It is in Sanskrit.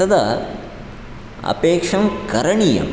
तदा अपेक्षं करणीयं